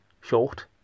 short